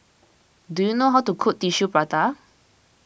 do you know how to cook Tissue Prata